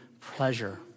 pleasure